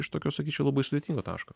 iš tokio sakyčiau labai sudėtingo taško